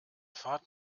fahrt